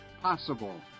Possible